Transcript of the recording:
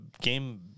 game